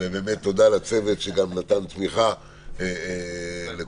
תודה לצוות שנתן תמיכה לכולם,